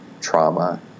trauma